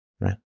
Right